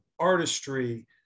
artistry